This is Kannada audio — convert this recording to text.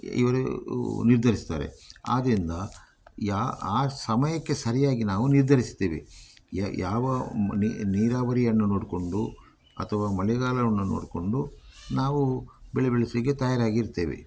ಇವರು ನಿರ್ಧರಿಸ್ತಾರೆ ಆದ್ದರಿಂದ ಯಾ ಆ ಸಮಯಕ್ಕೆ ಸರಿಯಾಗಿ ನಾವು ನಿರ್ಧರಿಸ್ತೇವೆ ಯಾವ ನೀರಾವರಿಯನ್ನು ನೋಡಿಕೊಂಡು ಅಥವಾ ಮಳೆಗಾಲವನ್ನು ನೋಡಿಕೊಂಡು ನಾವು ಬೆಳೆ ಬೆಳಿಸಲಿಕ್ಕೆ ತಯಾರಾಗಿರ್ತೇವೆ